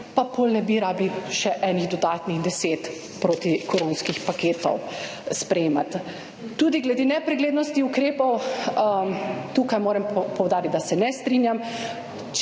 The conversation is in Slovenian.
pa potem ne bi rabili še enih dodatnih 10 protikoronskih paketov sprejemati? Tudi glede nepreglednosti ukrepov, tukaj moram poudariti, da se ne strinjam.